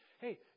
hey